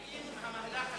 האם המהלך הזה,